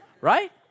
right